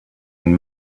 and